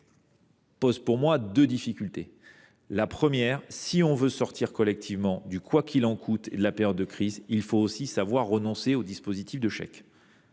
qui soulève deux difficultés. Premièrement, si l’on veut sortir collectivement du « quoi qu’il en coûte » et de la période de crise, il faut savoir renoncer aux dispositifs de chèque.